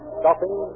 stopping